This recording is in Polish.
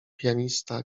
pianista